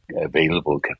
available